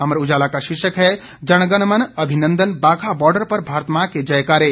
अमर उजाला का शीर्षक है जन गण मन अभिनंदन बाघा बॉर्डर पर भारत मां के जयकारे